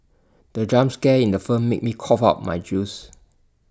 the jump scare in the film made me cough out my juice